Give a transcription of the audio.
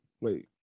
wait